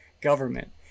government